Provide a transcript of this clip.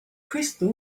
crystal